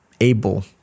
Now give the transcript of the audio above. able